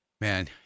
Man